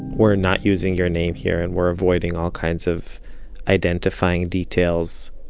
we're not using your name here. and we're avoiding all kinds of identifying details,